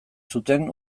zuten